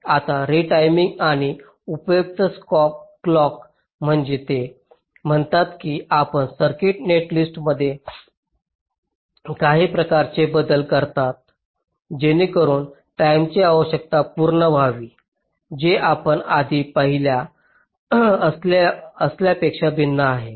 आता रिटायमिंग आणि उपयुक्त क्लॉक म्हणजे ते म्हणतात की आपण सर्किट नेटलिस्टमध्ये काही प्रकारचे बदल करता जेणेकरुन टाईमची आवश्यकता पूर्ण व्हावी जे आपण आधी पाहिल्या असलेल्यापेक्षा भिन्न आहे